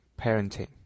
parenting